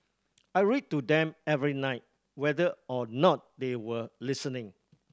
I read to them every night whether or not they were listening